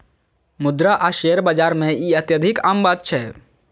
मुद्रा आ शेयर बाजार मे ई अत्यधिक आम बात छै